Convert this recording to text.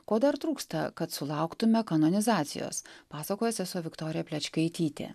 ko dar trūksta kad sulauktume kanonizacijos pasakoja sesuo viktorija plečkaitytė